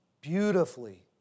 beautifully